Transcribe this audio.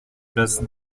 place